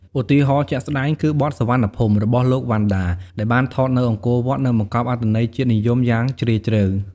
ឧទាហរណ៍ជាក់ស្ដែងគឺបទ "សុវណ្ណភូមិ " របស់ លោក វណ្ណដា ដែលបានថតនៅអង្គរវត្ត និងបង្កប់អត្ថន័យជាតិនិយមយ៉ាងជ្រាលជ្រៅ។